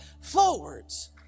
forwards